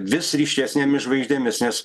vis ryškesnėmis žvaigždėmis nes